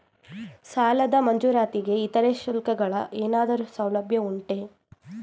ಸಾಲದ ಮಂಜೂರಾತಿಗೆ ಇತರೆ ಶುಲ್ಕಗಳ ಏನಾದರೂ ಸೌಲಭ್ಯ ಉಂಟೆ?